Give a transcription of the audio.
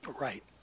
Right